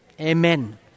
Amen